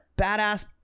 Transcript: badass